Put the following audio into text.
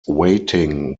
weighting